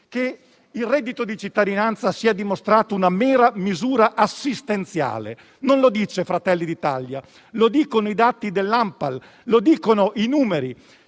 che il reddito di cittadinanza si è dimostrato una mera misura assistenziale. Non lo dice Fratelli d'Italia, lo dicono i dati dell'Agenzia nazionale